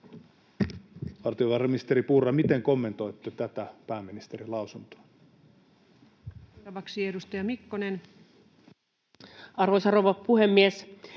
Valtiovarainministeri Purra, miten kommentoitte tätä pääministerin lausuntoa? Seuraavaksi edustaja Mikkonen. Arvoisa rouva puhemies!